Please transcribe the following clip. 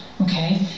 Okay